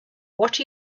what